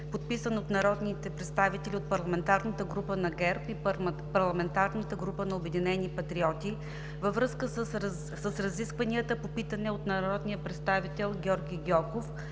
подписан от народните представители от парламентарната група на ГЕРБ и парламентарната група на „Обединени патриоти“ във връзка с разискванията по питане от народния представител Георги Гьоков